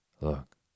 Look